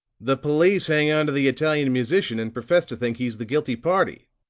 the police hang onto the italian musician and profess to think he's the guilty party,